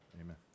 Amen